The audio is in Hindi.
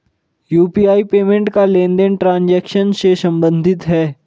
यू.पी.आई पेमेंट का लेनदेन ट्रांजेक्शन से सम्बंधित है